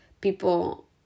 people